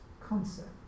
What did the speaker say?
concept